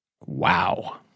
Wow